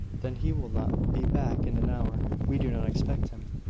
then he will not be back in an hour. we do not expect him.